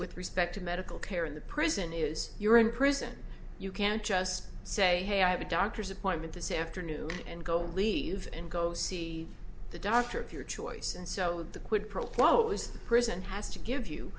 with respect to medical care in the prison is you're in prison you can't just say hey i have a doctor's appointment this afternoon and go leave and go see the doctor of your choice and so the quid pro quo is the prison has to give you